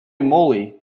moly